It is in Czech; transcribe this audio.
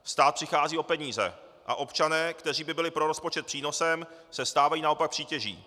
Stát přichází o peníze a občané, kteří by byli pro rozpočet přínosem, se stávají naopak přítěží.